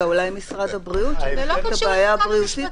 יכול להיות שזה מלמד על המנגנון של שימור